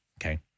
okay